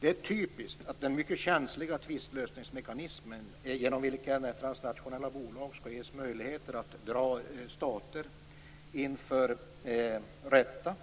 Det är typiskt att den mycket känsliga tvistlösningsmekanismen, genom vilken transnationella bolag skall ges möjligheter att dra stater inför rätta,